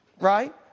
right